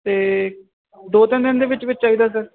ਅਤੇ ਦੋ ਤਿੰਨ ਦਿਨ ਦੇ ਵਿੱਚ ਵਿੱਚ ਚਾਹੀਦਾ ਸਰ